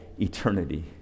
eternity